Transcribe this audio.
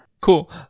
Cool